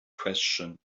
question